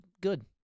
good